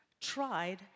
tried